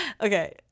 okay